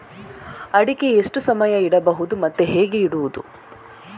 ಅಡಿಕೆ ಎಷ್ಟು ಸಮಯ ಇಡಬಹುದು ಮತ್ತೆ ಹೇಗೆ ಇಡುವುದು?